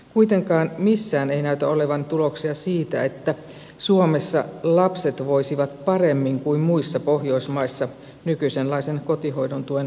kuitenkaan missään ei näytä olevan tuloksia siitä että suomessa lapset voisivat paremmin kuin muissa pohjoismaissa nykyisenlaisen kotihoidon tuen ansiosta